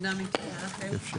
הישיבה ננעלה בשעה 13:27.